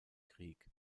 krieg